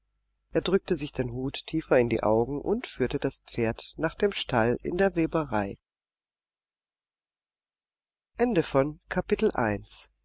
er drückte sich den hut tiefer in die augen und führte das pferd nach dem stall in der weberei